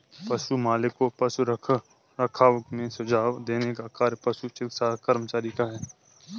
पशु मालिक को पशु रखरखाव में सुझाव देने का कार्य पशु चिकित्सा कर्मचारी का है